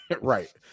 right